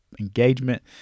engagement